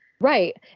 Right